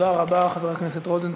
תודה רבה, חבר הכנסת רוזנטל.